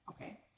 okay